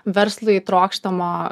verslui trokštamo